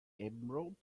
emerald